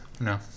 No